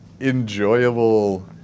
enjoyable